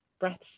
breaths